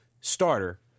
Starter